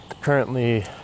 currently